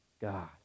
God